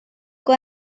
kui